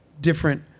different